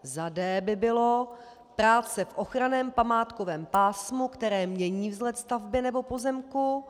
Za d) by bylo: práce v ochranném památkovém pásmu, které mění vzhled stavby nebo pozemku;